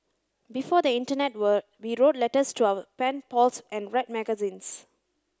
before the internet world we wrote letters to our pen pals and read magazines